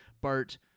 Bart